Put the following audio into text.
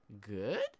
good